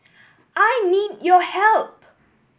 I need your help